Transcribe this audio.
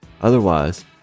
Otherwise